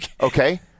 Okay